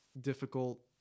difficult